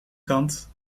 kant